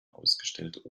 ausgestellt